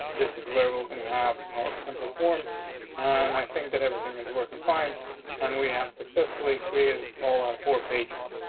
this is where we're gonna have our simple form on. i think that everything is working fine and we have successfully created a lot four pages.